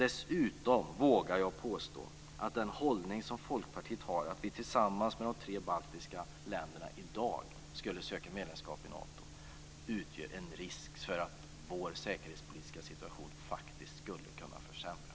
Dessutom vågar jag påstå att den hållning som Folkpartiet har, att vi tillsammans med de tre baltiska länderna i dag skulle söka medlemskap i Nato, innebär en risk för att vår säkerhetspolitiska situation faktiskt skulle kunna försämras.